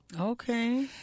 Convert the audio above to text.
Okay